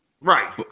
Right